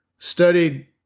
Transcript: Studied